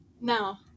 Now